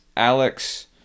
Alex